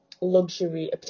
luxury